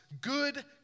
Good